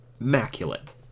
immaculate